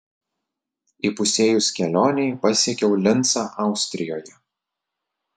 įpusėjus kelionei pasiekiau lincą austrijoje